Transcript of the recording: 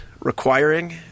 requiring